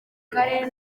karere